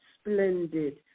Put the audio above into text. splendid